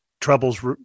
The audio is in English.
troubles